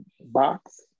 box